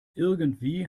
irgendwie